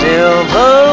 Silver